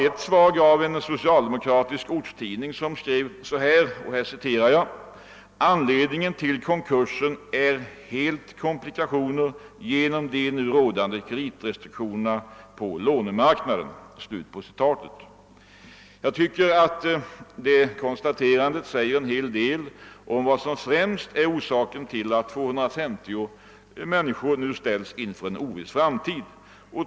Ett svar gav en socialdemokratisk ortstidning, som skrev: »Anledningen till konkursen är helt komplikationer genom de nu rådande kreditrestriktionerna på lånemarknaden.» Det konstaterandet säger en hel del om vad som främst är orsaken till att 250 människor nu ställs inför en oviss framtid.